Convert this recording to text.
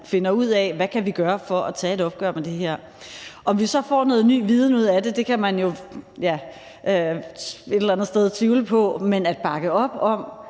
man finder ud af, hvad vi kan gøre for at tage et opgør med det her. Om vi så får noget ny viden ud af det, kan man jo et eller andet sted tvivle på, men at bakke op om,